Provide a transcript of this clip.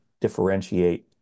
differentiate